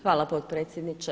Hvala potpredsjedniče.